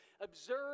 Observe